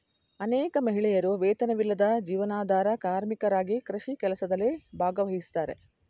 ಅನೇಕ ಮಹಿಳೆಯರು ವೇತನವಿಲ್ಲದ ಜೀವನಾಧಾರ ಕಾರ್ಮಿಕರಾಗಿ ಕೃಷಿ ಕೆಲಸದಲ್ಲಿ ಭಾಗವಹಿಸ್ತಾರೆ